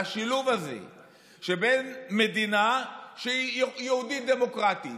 על השילוב הזה שבין מדינה שהיא יהודית-דמוקרטית